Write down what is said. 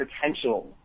potential